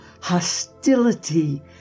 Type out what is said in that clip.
hostility